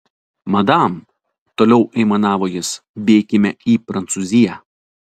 madam toliau aimanavo jis bėkime į prancūziją